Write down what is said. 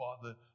Father